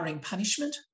punishment